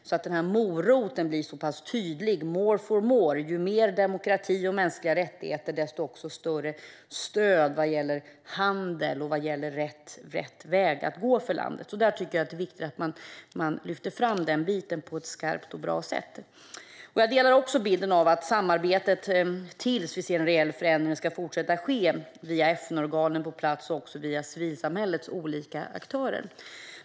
Moroten måste bli så pass tydlig, more for more, det vill säga ju mer demokrati och mänskliga rättigheter, desto större stöd vad gäller handel och rätt väg att gå för landet. Det är viktigt att lyfta fram den delen på ett skarpt och bra sätt. Jag delar också bilden av att samarbetet till dess vi ser en reell förändring ska fortsätta att ske via FN-organen på plats och via civilsamhällets olika aktörer.